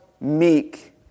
meek